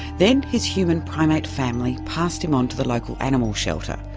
then his human primate family passed him on to the local animal shelter,